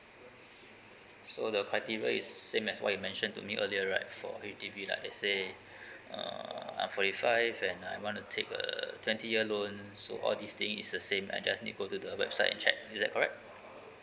so the criteria is same as what you mentioned to me earlier right for H_D_B like let's say uh I'm forty five and I wanna take a twenty year loan so all these thing is the same I just need go to the website and check is that correct